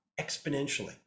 exponentially